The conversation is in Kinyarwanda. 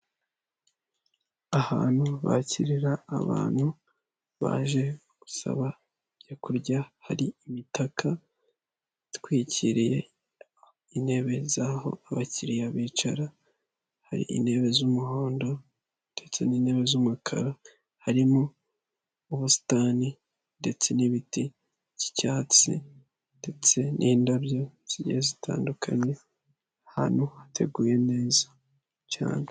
Ahantu bakirira abantu baje gusaba ibyo kurya, hari imitaka itwikiriye intebe zaho abakiriya bicara hari intebe z'umuhondo, ndetse n'intebe z'umukara harimo ubusitani ndetse n'ibiti by'icyatsi, ndetse n'indabyo zigiye zitandukanye ahantu hateguye neza cyane.